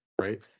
right